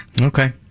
Okay